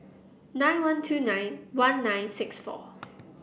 nine one two nine one nine six four